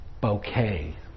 bouquet